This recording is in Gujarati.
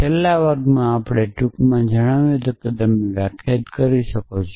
છેલ્લા વર્ગમાં આપણે ટૂંકમાં જણાવ્યું હતું કે તમે વ્યાખ્યાયિત કરી શકો છો